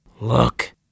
Look